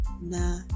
Nah